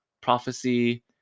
prophecy